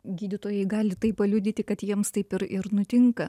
gydytojai gali tai paliudyti kad jiems taip ir ir nutinka